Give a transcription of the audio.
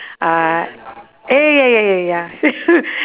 uh ya ya ya ya ya